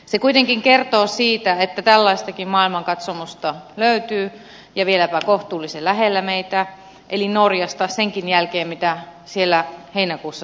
se kuitenkin kertoo siitä että tällaistakin maailmankatsomusta löytyy ja vieläpä kohtuullisen läheltä meitä eli norjasta senkin jälkeen mitä siellä heinäkuussa tapahtui